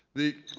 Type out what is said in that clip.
the